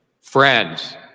friends